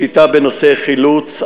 שליטה בנושאי חילוץ,